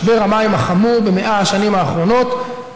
משבר המים החמור במאה השנים האחרונות,